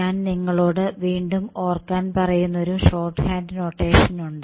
ഞാൻ നിങ്ങളോട് വീണ്ടും ഓർക്കാൻ പറയുന്നൊരു ഷോർട്ട് ഹാൻഡ് നോറ്റെഷനുണ്ട്